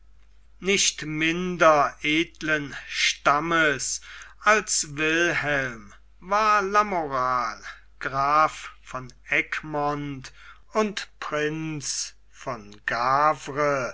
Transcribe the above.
nicht minder edlen stammes als wilhelm war lamoral graf von egmont und prinz von gavre